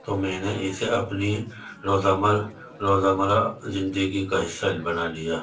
تو میں نے اسے اپنی روزمرہ روزمرہ زندگی کا حصہ بنا لیا